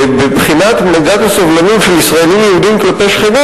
בבחינת מדד הסובלנות של ישראלים יהודים כלפי שכנים